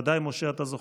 בוודאי אתה זוכר,